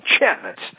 enchantments